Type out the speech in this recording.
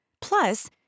Plus